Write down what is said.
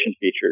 features